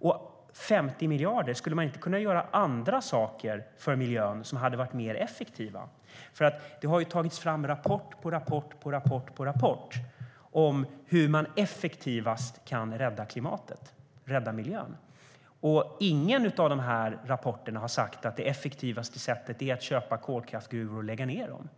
Skulle man inte för 50 miljarder kunna göra andra saker för miljön som skulle vara mer effektiva? Det har ju tagits fram rapport på rapport om hur man effektivast kan rädda klimatet och miljön. Ingen av de rapporterna har sagt att det effektivaste sättet är att köpa kolkraftsgruvor och lägga ned dem.